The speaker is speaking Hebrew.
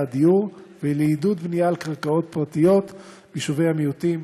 הדיור ולעידוד בנייה על קרקעות פרטיות ביישובי המיעוטים,